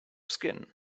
skin